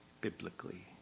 biblically